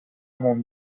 monde